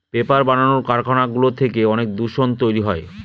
paper বানানোর কারখানাগুলো থেকে অনেক দূষণ তৈরী হয়